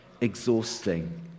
exhausting